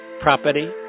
property